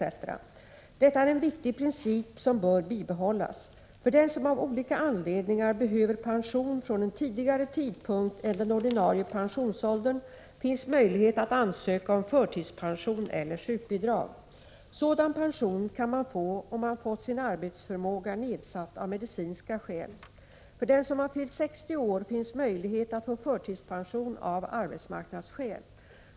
Detta är en viktig princip som bör bibehållas. För den som av olika anledningar behöver pension från en tidigare tidpunkt än den ordinarie pensionsåldern finns möjlighet att ansöka om förtidspension eller sjukbidrag. Sådan pension kan man få om man fått sin arbetsförmåga nedsatt av medicinska skäl. För den som har fyllt 60 år finns möjlighet att få förtidspension av arbetsmarknadsskäl.